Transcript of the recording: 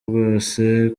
bwose